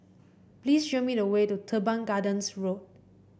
please show me the way to Teban Gardens Road